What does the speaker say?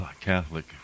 catholic